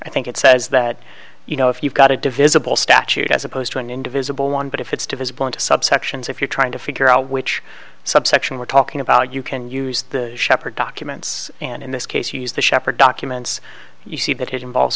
i think it says that you know if you've got a divisible statute as opposed to an individual one but if it's to his point subsections if you're trying to figure out which subsection we're talking about you can use the shepherd documents and in this case use the shepherd documents you see that involves